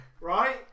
right